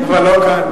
אבל לא כאן.